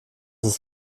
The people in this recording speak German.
ist